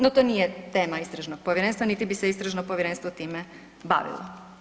No, to nije tema istražnog povjerenstva niti bi se istražno povjerenstvo time bavilo.